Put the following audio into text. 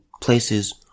places